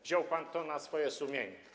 Wziął pan to na swoje sumienie.